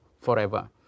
forever